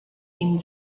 ihn